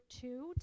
two